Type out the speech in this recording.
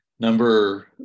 Number